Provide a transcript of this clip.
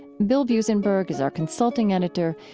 bill buzenberg is our consulting editor.